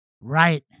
Right